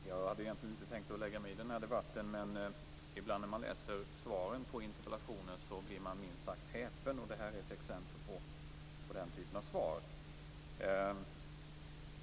Fru talman! Jag hade egentligen inte tänkt att lägga mig i den här debatten. Men ibland när man läser svaren på interpellationer blir man minst sagt häpen, och det här är ett exempel på den typen av svar.